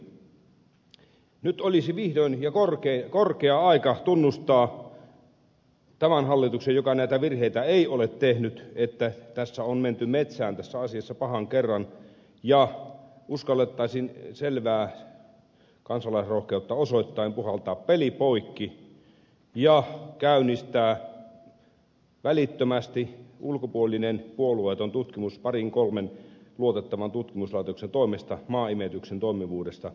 ensinnäkin nyt olisi vihdoin ja korkea aika tämän hallituksen joka näitä virheitä ei ole tehnyt tunnustaa että on menty metsään tässä asiassa pahan kerran ja uskallettaisiin selvää kansalaisrohkeutta osoittaen puhaltaa peli poikki ja käynnistää välittömästi ulkopuolinen puolueeton tutkimus parin kolmen luotettavan tutkimuslaitoksen toimesta maaimeytyksen toimivuudesta eri maalajeilla